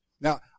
Now